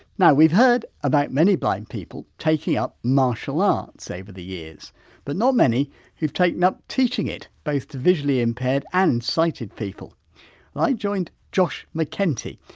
now we've heard about many blind people taking up martial um arts over the years but not many who've taken up teaching it, both to visually impaired and sighted people. well i joined josh mcentee,